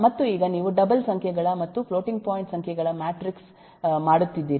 ಮತ್ತು ಈಗ ನೀವು ಡಬಲ್ ಸಂಖ್ಯೆಗಳ ಮತ್ತು ಫ್ಲೋಟಿಂಗ್ ಪಾಯಿಂಟ್ ಸಂಖ್ಯೆಗಳ ಮ್ಯಾಟ್ರಿಕ್ಸ್ ಮಾಡುತ್ತಿದ್ದೀರಿ